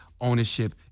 ownership